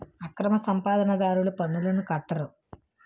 అక్రమ సంపాదన దారులు పన్నులను కట్టరు